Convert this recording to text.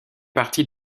partie